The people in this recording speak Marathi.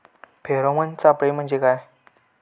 फेरोमेन सापळे म्हंजे काय?